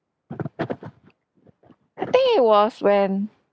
I think it was when